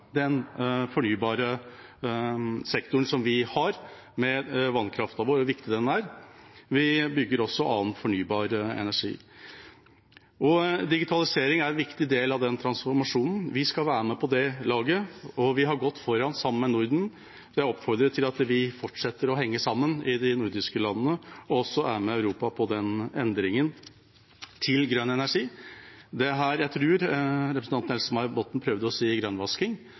den fornybare sektoren vi har, med vannkraften vår og hvor viktig den er. Vi bygger også annen fornybar energi. Digitalisering er en viktig del av den transformasjonen. Vi skal være med på det laget, og vi har gått foran sammen med Norden. Jeg oppfordrer til at vi fortsetter å henge sammen i de nordiske landene og også er med Europa på endringen til grønn energi. Det er her jeg tror representanten Else-May Norderhus prøvde å si grønnvasking.